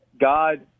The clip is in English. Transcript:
God